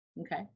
Okay